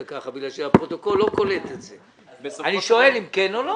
אני שואל אם כן או לא.